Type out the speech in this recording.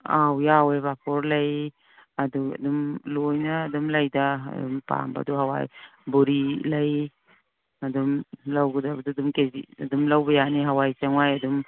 ꯑꯥꯎ ꯌꯥꯎꯋꯦ ꯄꯥꯐꯣꯔ ꯂꯩ ꯑꯗꯨ ꯑꯗꯨꯝ ꯂꯣꯏꯅ ꯑꯗꯨꯝ ꯂꯩꯗ ꯑꯗꯨꯝ ꯄꯥꯝꯕꯗꯣ ꯍꯋꯥꯏ ꯕꯣꯔꯤ ꯂꯩ ꯑꯗꯨꯝ ꯂꯧꯒꯗꯕꯗꯨ ꯑꯗꯨꯝ ꯀꯦꯖꯤ ꯑꯗꯨꯝ ꯂꯧꯕ ꯌꯥꯅꯤ ꯍꯋꯥꯏ ꯆꯦꯡꯋꯥꯏ ꯑꯗꯨꯝ